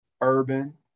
urban